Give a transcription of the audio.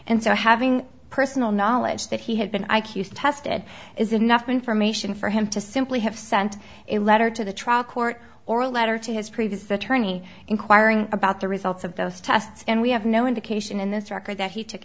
and so having personal knowledge that he had been i q test it is enough information for him to simply have sent a letter to the trial court or a letter to his previous attorney inquiring about the results of those tests and we have no indication in this record that he took